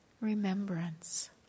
remembrance